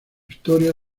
historia